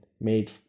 made